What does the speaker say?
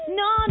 no